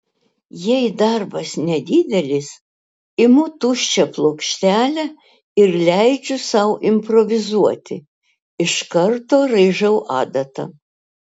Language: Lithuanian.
jei darbas nedidelis imu tuščią plokštelę ir leidžiu sau improvizuoti iš karto raižau adata